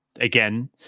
again